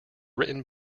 written